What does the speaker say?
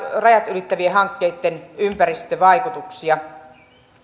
rajat ylittävien hankkeitten ympäristövaikutuksia